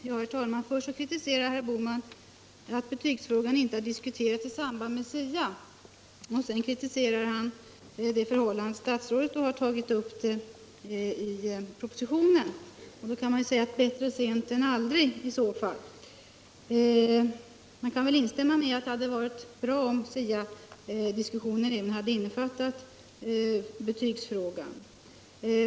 Herr talman! Först kritiserade herr Bohman att betygsfrågan inte har diskuterats i samband med SIA-betänkandet, och sedan kritiserade han att statsrådet har tagit upp frågan i propositionen. Men då kan man ju i alla fall säga bättre sent än aldrig. Jag kan instämma i att det hade varit bra om SIA-diskussionen hade innefattat betygsfrågan.